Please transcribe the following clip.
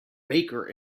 baker